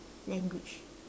language